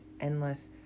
endless